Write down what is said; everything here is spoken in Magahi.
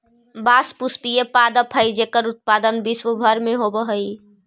बाँस पुष्पीय पादप हइ जेकर उत्पादन विश्व भर में होवऽ हइ